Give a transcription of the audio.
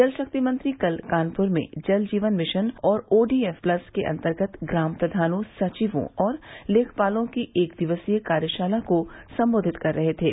जल शक्ति मंत्री कल कानपूर में जल जीवन मिशन और ओडीएफ प्लस के अंतर्गत ग्राम फ्र्यानों सचिवों और लेखपालों की एक दिवसीय कार्यशाला को संबोधित कर रहे थे